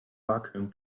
vacuum